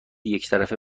یکطرفه